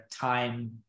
time